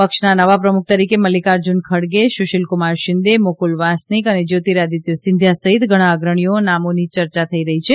પક્ષના નવા પ્રમુખ તરીકે મલ્લિકાર્જૂન ખડગે સુશીલક્રમાર શિંદે મુકુલ વાસનિક અને જયોતિરાદિત્ય સિંધિયા સહિત ઘણા અગ્રણીઓ નામોની ચર્યા થઈ રહી છે